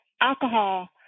alcohol